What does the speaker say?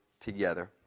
together